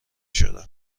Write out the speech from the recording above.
شدن